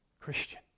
Christian